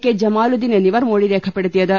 K Jamaluddin എന്നിവർ മൊഴി രേഖപ്പെടുത്തിയത്